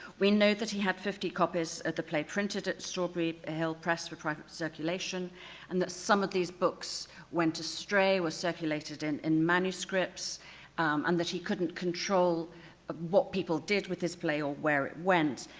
we know that he had fifty copies of the play printed at strawberry hill press for private circulation and that some of these books went astray, were circulated in in manuscripts and that he couldn't control ah what people did with his play or where it went.